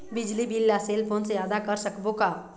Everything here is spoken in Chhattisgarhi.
बिजली बिल ला सेल फोन से आदा कर सकबो का?